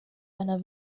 einer